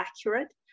accurate